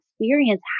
experience